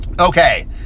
Okay